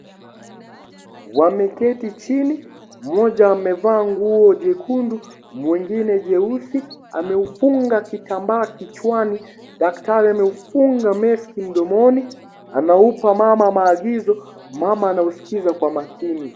Wameketi chini, mmoja amevalia nguo jekundu na mwingine jeusi, ameufunga kitambaa kichwani. Daktari ameufunga maski mdomoni. Anaupa mama maagizo mama anauskiza kwa makini.